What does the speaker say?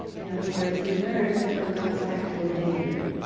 in other words, we learn from god's actual behavior,